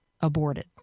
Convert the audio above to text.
aborted